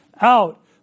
out